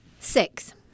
Six